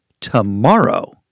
tomorrow